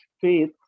faith